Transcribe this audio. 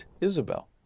Isabel